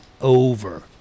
over